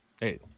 Hey